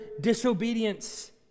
disobedience